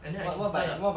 and then I can start up